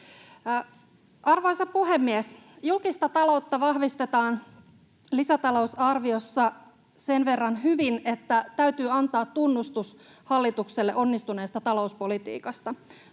Arvoisa puhemies! Julkista taloutta vahvistetaan lisätalousarviossa sen verran hyvin, että täytyy antaa tunnustus hallitukselle onnistuneesta talouspolitiikasta.